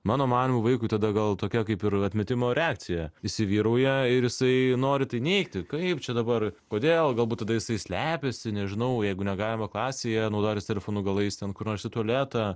mano manymu vaikui tada gal tokia kaip ir atmetimo reakcija įsivyrauja ir jisai nori tai neigti kaip čia dabar kodėl galbūt tada jisai slepiasi nežinau jeigu negalima klasėje naudotis telefonu gal eis ten kur nors į tualetą